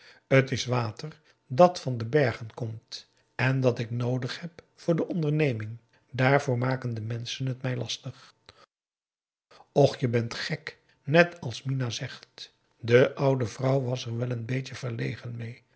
t is water dat van de bergen komt en dat ik noodig heb voor de onderneming daarvoor maken de menschen het mij lastig och je bent gek net als mina zegt de oude vrouw was er wel een beetje verlegen meê